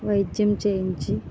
వైద్యం చేయించి